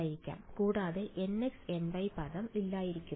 കൂടാതെ nxny പദം ഇതായിരിക്കുമോ